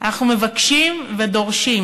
אנחנו מבקשים ודורשים: